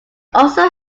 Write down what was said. also